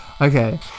Okay